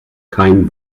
kein